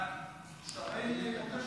ההצעה